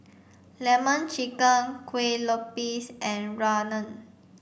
lemon chicken Kueh Lopes and Rawon